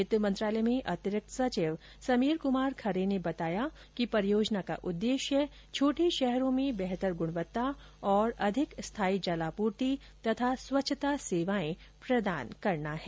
वित्त मंत्रालय में अतिरिक्त सचिव समीर कुमार खरे ने कहा कि परियोजना का उद्देश्य छोटे शहरों में बेहतर गुणवत्ता और अधिक स्थायी जल आपूर्ति तथा स्वच्छता सेवाएं प्रदान करना है